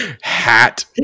hat